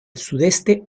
sudeste